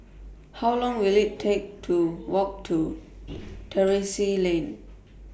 How Long Will IT Take to Walk to Terrasse Lane